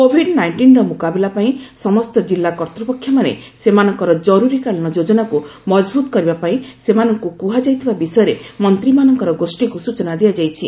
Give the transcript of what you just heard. Covid ନାଇଷ୍ଟିନର ମୁକାବିଲା ପାଇଁ ସମସ୍ତ ଜିଲ୍ଲା କର୍ତ୍ତ୍ୱପକ୍ଷମାନେ ସେମାନଙ୍କର କର୍ତ୍ରିକାଳୀନ ଯୋଜନାକୁ ମଜବୁତ କରିବା ପାଇଁ ସେମାନଙ୍କୁ କୁହାଯାଇଥିବା ବିଷୟରେ ମନ୍ତ୍ରୀମାନଙ୍କର ଗୋଷୀକୁ ସ୍ଟଚନା ଦିଆଯାଇଛି